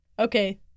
Okay